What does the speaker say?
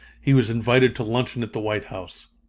he was invited to luncheon at the white house.